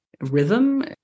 rhythm